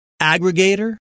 aggregator